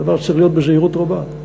זה דבר שצריך להיות, בזהירות רבה,